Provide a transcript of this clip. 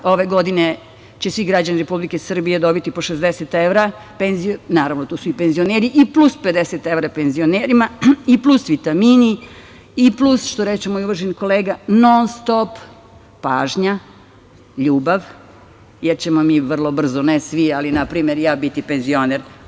Ove godine će svi građani Republike Srbije dobiti po 60 evra, naravno, tu su i penzioneri, i plus 50 evra penzionerima, i plus vitamini, i plus, što reče moj uvaženi kolega, non-stop pažnja, ljubav, jer ćemo mi vrlo brzo, ne svi, ali npr. ja biti penzioner.